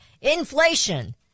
Inflation